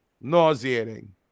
nauseating